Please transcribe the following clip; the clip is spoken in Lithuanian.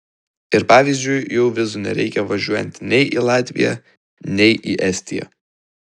ir pavyzdžiui jau vizų nereikia važiuojant nei į latviją nei į estiją